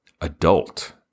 adult